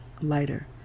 lighter